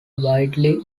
widely